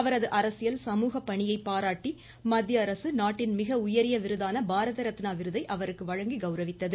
அவரது அரசியல் சமூக பணியை பாராட்டி மத்தியஅரசு நாட்டின் மிக உயரிய விருதான பாரத ரத்னா விருதை அவருக்கு வழங்கி கவுரவித்தது